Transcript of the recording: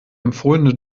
empfohlene